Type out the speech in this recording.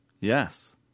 Yes